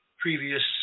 previous